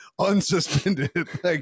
unsuspended